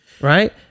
right